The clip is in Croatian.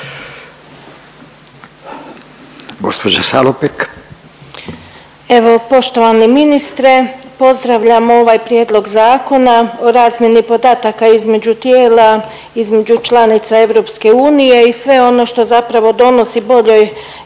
Anđelka (HDZ)** Evo poštovani ministre, pozdravljamo ovaj prijedlog Zakona o razmjeni podataka između tijela između članica EU i sve ono što zapravo donosi boljoj